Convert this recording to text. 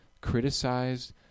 criticized